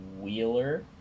Wheeler